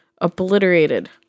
obliterated